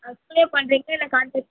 அதுக்குள்ளே பண்ணுறீங்களா இல்லை கான்ட்ரெக்ட்